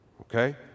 Okay